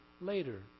later